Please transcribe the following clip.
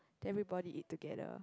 then everybody eat together